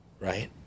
right